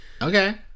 Okay